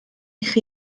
chi